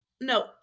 No